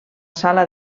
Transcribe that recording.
sala